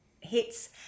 hits